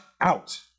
out